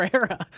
era